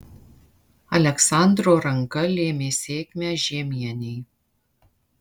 aleksandro ranka lėmė sėkmę žiemienei